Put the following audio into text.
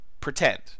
pretend